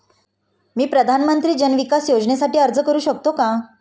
मी प्रधानमंत्री जन विकास योजनेसाठी अर्ज करू शकतो का?